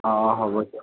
অঁ হ'ব দিয়ক